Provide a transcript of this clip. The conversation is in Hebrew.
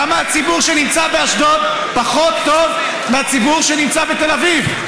למה הציבור שנמצא באשדוד פחות טוב מהציבור שנמצא בתל אביב?